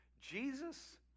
Jesus